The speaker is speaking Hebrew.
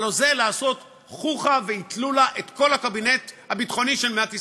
הלוא זה לעשות חוכא ואטלולא את כל הקבינט הביטחוני של מדינת ישראל.